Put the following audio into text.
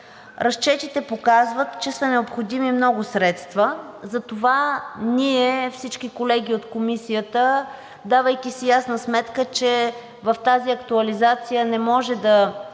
разчетите показват, че са необходими много средства. Затова всички колеги от Комисията, давайки си ясна сметка, че в тази актуализация не може да